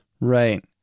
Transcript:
Right